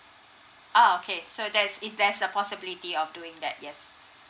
oh okay so there's is there's a possibility of doing that yes